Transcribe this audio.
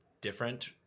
different